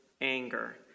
anger